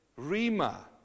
rima